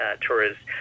tourists